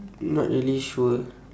not really sure